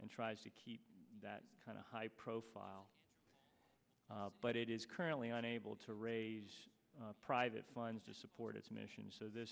and tries to keep that kind of high profile but it is currently on able to raise private funds to support its mission so this